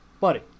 buddy